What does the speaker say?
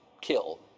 kill